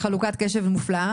הוראת השעה הקודמת כבר פגה,